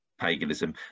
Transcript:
paganism